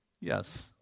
Yes